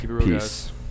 Peace